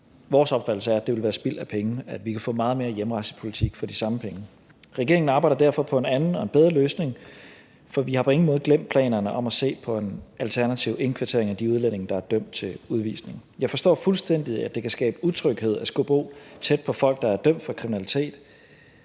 Vores opfattelse er, at det ville være spild af penge, og at vi kan få meget mere hjemrejsepolitik for de samme penge. Regeringen arbejder derfor på en anden og bedre løsning, for vi har på ingen måde glemt planerne om at se på en alternativ indkvartering af de udlændinge, der er dømt til udvisning. Jeg forstår fuldstændig, at det kan skabe utryghed at skulle bo tæt på folk, der er dømt for kriminalitet,